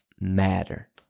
matter